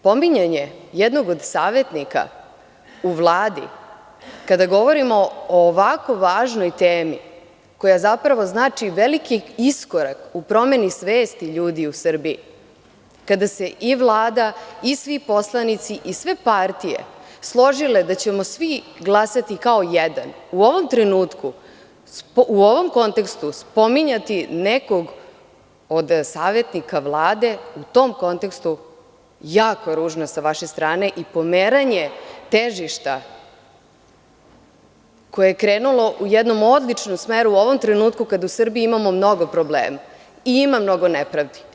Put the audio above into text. Pominjanje jednog od savetnika u Vladi kada govorimo o ovako važnoj temi, koja znači veliki iskorak u promeni svesti ljudi u Srbiji, kada se i Vlada i svi poslanici i sve partije, složile da ćemo svi glasati kao jedan, u ovom trenutku, u ovom kontekstu spominjati nekog od savetnika Vlade, u tom kontekstu jako je ružno sa vaše strane i pomeranje težišta koje je krenulo u jednom odličnom smeru, u ovom trenutku kada u Srbiji imamo mnogo problema i ima mnogo nepravdi.